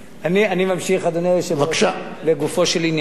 אני ממשיך, אדוני היושב-ראש, לגופו של עניין.